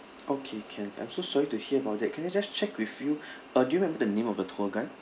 okay can I'm so sorry to hear about that can I just check with you uh do you remember the name of the tour guide